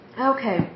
Okay